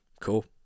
cool